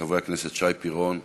חבר הכנסת שי פירון,